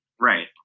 Right